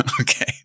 Okay